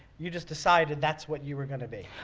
you just decided that's what you were gonna be.